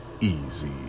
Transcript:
easy